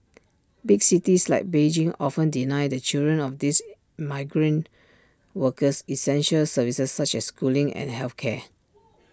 big cities like Beijing often deny the children of these migrant workers essential services such as schooling and health care